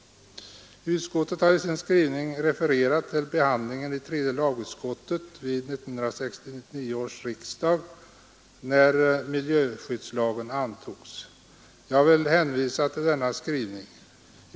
Utskottet har i sin skrivning refererat till behandlingen i tredje lagutskottet vid 1969 års riksdag när miljöskyddslagen antogs. Jag vill hänvisa till denna skrivning.